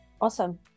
Awesome